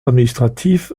administratif